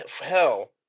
hell